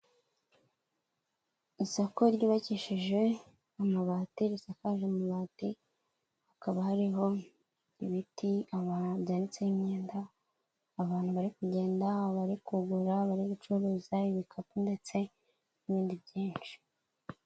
Isoko ryubakishije amabati, risakaje amabati, hakaba hariho ibiti byanitse imyenda, abantu bari kugenda, abari kugura, bari gucuruza ibikapu, ndetse n'ibindi byinshi.